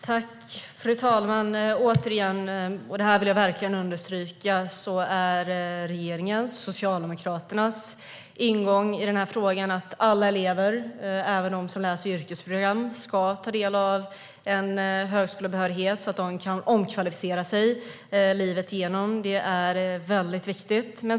Fru talman! Återigen vill jag verkligen understryka att regeringens och Socialdemokraternas ingång i denna fråga är att alla elever, även de som läser yrkesprogram, ska ta del av en högskolebehörighet så att de kan omkvalificera sig livet igenom. Det är mycket viktigt.